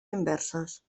inverses